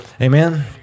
Amen